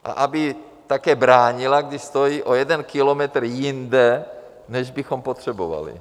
A aby také bránila, když stojí o jeden kilometr jinde, než bychom potřebovali!